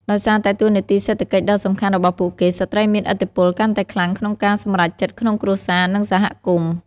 ដោយសារតែតួនាទីសេដ្ឋកិច្ចដ៏សំខាន់របស់ពួកគេ ស្ត្រីមានឥទ្ធិពលកាន់តែខ្លាំងក្នុងការសម្រេចចិត្តក្នុងគ្រួសារ និងសហគមន៍។